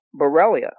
Borrelia